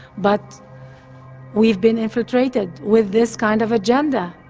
but we've been infiltrated with this kind of agenda